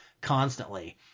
constantly